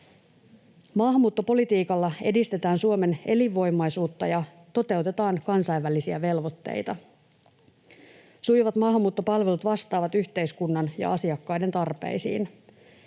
Maahanmuuttopolitiikalla edistetään Suomen elinvoimaisuutta ja toteutetaan kansainvälisiä velvoitteita. Sujuvat maahanmuuttopalvelut vastaavat yhteiskunnan ja asiakkaiden tarpeisiin.